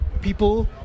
people